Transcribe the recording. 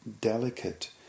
delicate